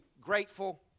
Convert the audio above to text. grateful